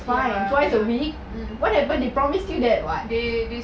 they they